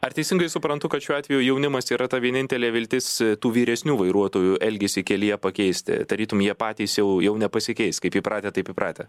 ar teisingai suprantu kad šiuo atveju jaunimas yra ta vienintelė viltis tų vyresnių vairuotojų elgesį kelyje pakeisti tarytum jie patys jau jau nepasikeis kaip įpratę taip įpratę